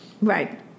Right